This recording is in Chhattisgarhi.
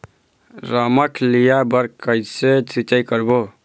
रमकलिया बर कइसे सिचाई करबो?